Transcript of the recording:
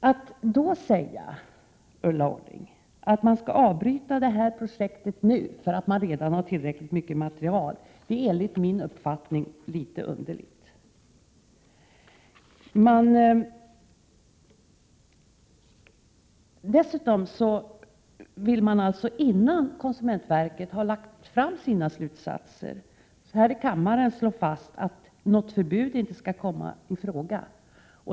Att då säga, Ulla Orring, att 20 maj 1988 detta projekt skall avbrytas nu för att man redan har tillräckligt material är enligt min uppfattning litet underligt. Dessutom vill ni, innan konsumentverket har lagt fram sina slutsatser, här i kammaren slå fast att något förbud inte skall komma i fråga.